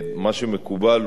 מה שמקובל,